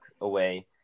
away